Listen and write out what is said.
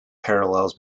parallels